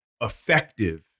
effective